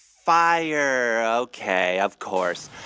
fire. ok, of course.